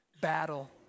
battle